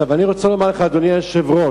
אני רוצה לומר לך, אדוני היושב-ראש,